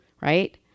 right